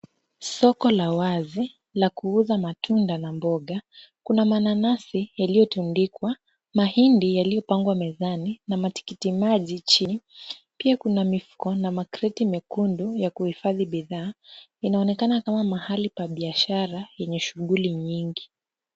Soko la wazi la kuuza matunda na mboga. Kuna mananasi yaliyotundikwa, mahindi yaliyopangwa mezani na matikitimaji chini. Pia kuna mifuko na makreti mekundu ya kuhifadhi bidhaa, inaonekana kama mahali pa biashara yenye shughuli nyingi.